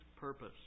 purpose